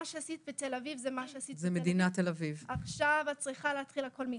מה שעשית בתל אביב זה מה שעשית שם ועכשיו את צריכה להתחיל הכל מחדש..".